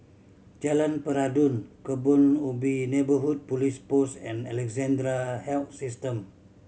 Jalan Peradun Kebun Ubi Neighbourhood Police Post and Alexandra Health System